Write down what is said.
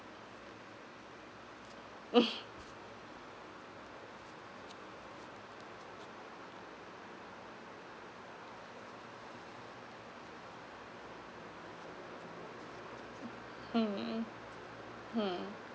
hmm hmm